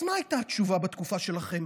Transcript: אז מה הייתה התשובה בתקופה שלכם?